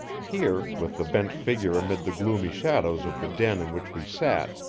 here, with the bent figure amid the gloomy shadows of the den in which we sat,